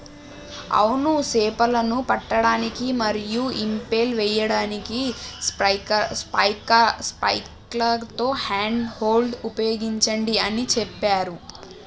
అవును సేపలను పట్టడానికి మరియు ఇంపెల్ సేయడానికి స్పైక్లతో హ్యాండ్ హోల్డ్ ఉపయోగించండి అని సెప్పారు